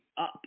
up